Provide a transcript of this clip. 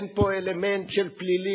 אין פה אלמנט של פלילי,